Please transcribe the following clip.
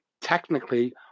Technically